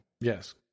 Yes